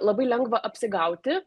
labai lengva apsigauti